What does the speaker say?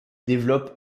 développe